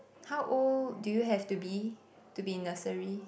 how old do you have to be to be in nursery